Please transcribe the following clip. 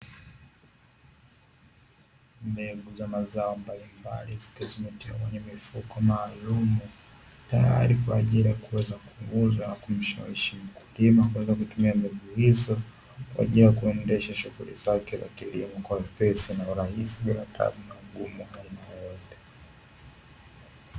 Mbegu za mazao mbalimbali zikiwa zimetiwa kwenye mifuko maalumu, tayari kwa ajili ya kuweza kuuzwa na kumshawishi mkulima kuweza kutumia mbegu hizo kwa ajili ya kuendesha shughuli zake za kilimo kwa wepesi na urahisi bila tabu na ugumu wa aina yeyote.